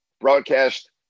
Broadcast